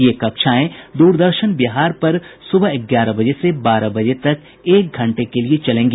ये कक्षाएं द्रदर्शन बिहार पर सुबह ग्यारह बजे से बारह बजे तक एक घंटे के लिये चलेंगी